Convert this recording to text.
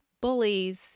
bullies